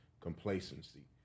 complacency